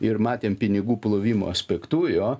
ir matėm pinigų plovimo aspektu jo